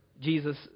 Jesus